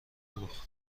فروخت